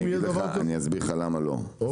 אני אסביר למה לא,